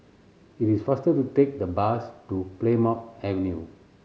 it is faster to take the bus to Plymouth Avenue